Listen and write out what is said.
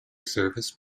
service